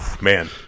Man